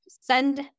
send